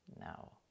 No